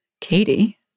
Katie